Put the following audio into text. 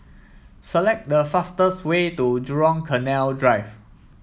select the fastest way to Jurong Canal Drive